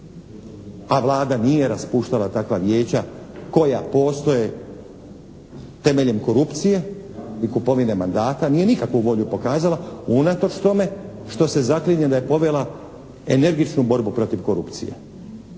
a Vlada nije raspuštala takva vijeća koja postoje temeljem korupcije i kupovine mandata, nije nikakvu volju pokazala unatoč tome što se zaklinje da je povela energičnu borbu protiv korupcije.